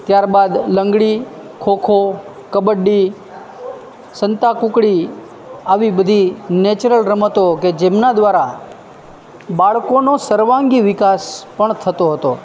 ત્યારબાદ લંગડી ખોખો કબડ્ડી સંતાકૂકડી આવી બધી નેચરલ રમતો કે જેમના દ્વારા બાળકોનો સર્વાંગી વિકાસ પણ થતો હતો